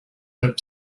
web